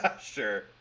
Sure